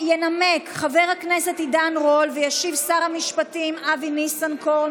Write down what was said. ינמק חבר הכנסת עידן רול וישיב שר המשפטים אבי ניסנקורן.